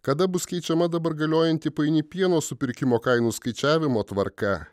kada bus keičiama dabar galiojanti paini pieno supirkimo kainų skaičiavimo tvarka